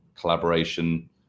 collaboration